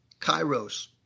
Kairos